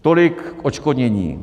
Tolik k odškodnění.